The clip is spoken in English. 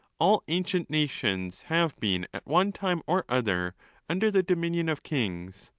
all ancient nations have been at one time or other under the dominion of kings.